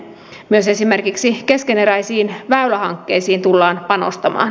myös esimerkiksi keskeneräisiin väylähankkeisiin tullaan panostamaan